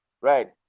Right